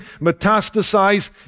metastasize